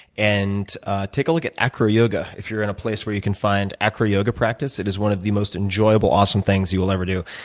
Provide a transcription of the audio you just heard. and take a look at acro yoga. if you're in a place where you can find acro yoga practice, it is one of the most enjoyable, awesome things you'll ever do.